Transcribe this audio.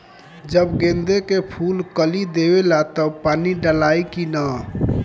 जब गेंदे के फुल कली देवेला तब पानी डालाई कि न?